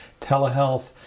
telehealth